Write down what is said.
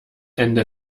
ende